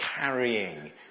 carrying